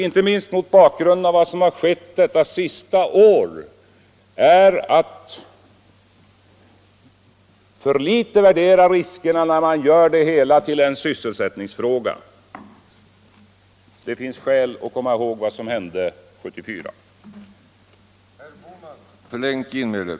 Inte minst mot bakgrund av vad som har skett det senaste året är det att för litet ta hänsyn till riskerna när man gör det hela till en sysselsättningsfråga. Det finns skäl att komma ihåg vad som hände år 1974.